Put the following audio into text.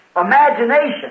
imagination